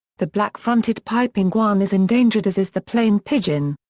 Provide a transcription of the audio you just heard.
the black-fronted piping guan is endangered as is the plain pigeon.